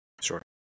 Sure